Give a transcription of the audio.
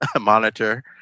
monitor